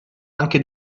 anche